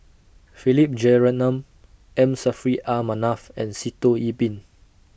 Philip Jeyaretnam M Saffri A Manaf and Sitoh Yih Pin